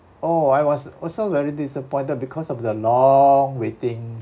oh I was also very disappointed because of the long waiting